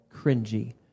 cringy